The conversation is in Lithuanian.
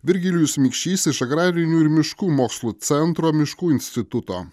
virgilijus mikšys iš agrarinių ir miškų mokslų centro miškų instituto